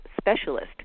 specialist